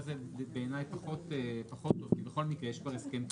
הזה פחות בעיניי כי יש כבר הסכם כתוב.